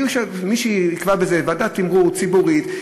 מי שיקבע בזה זה ועדת תמרור ציבורית.